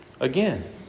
Again